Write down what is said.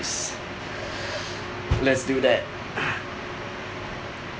let's do that